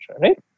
Right